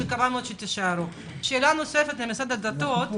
שאלה נוספת למשרד הדתות